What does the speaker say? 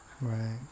Right